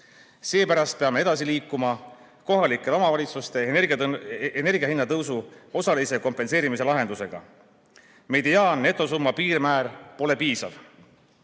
Seepärast peame edasi liikuma kohalikele omavalitsustele energiahinna tõusu osalise kompenseerimise lahendusega. Mediaannetosumma piirmäär pole piisav.